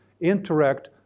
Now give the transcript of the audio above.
interact